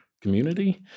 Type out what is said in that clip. community